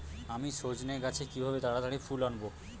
আমি সজনে গাছে কিভাবে তাড়াতাড়ি ফুল আনব?